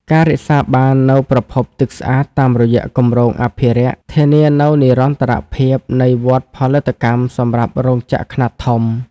ការរក្សាបាននូវប្រភពទឹកស្អាតតាមរយៈគម្រោងអភិរក្ស ធានានូវនិរន្តរភាពនៃវដ្តផលិតកម្មសម្រាប់រោងចក្រខ្នាតធំ។